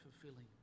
fulfilling